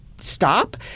stop